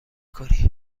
کنی